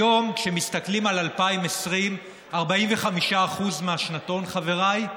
היום, כשמסתכלים על 2020, 45% מהשנתון, חבריי,